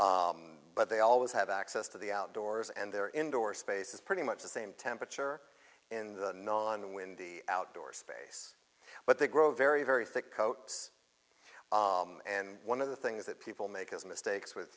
rain but they always have access to the outdoors and their indoor space is pretty much the same temperature in the non windy outdoor space but they grow very very thick coat and one of the things that people make those mistakes with